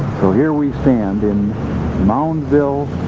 so here we stand in moundville,